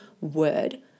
word